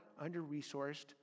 under-resourced